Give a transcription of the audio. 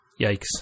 Yikes